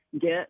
get